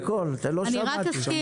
בקול, לא שמעתי.